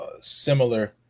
similar